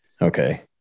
Okay